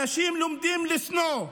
אנשים לומדים לשנוא,